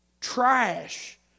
trash